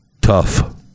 Tough